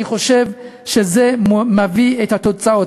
אני חושב שזה מביא את התוצאות.